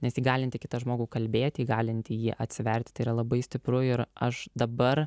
nes įgalinti kitą žmogų kalbėti įgalinti jį atsiverti tai yra labai stipru ir aš dabar